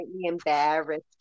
embarrassed